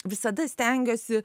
visada stengiuosi